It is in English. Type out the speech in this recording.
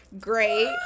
great